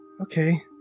Okay